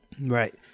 Right